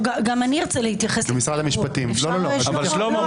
גם אני ארצה להתייחס, אפשר, שלמה?